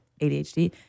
ADHD